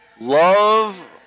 love